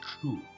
true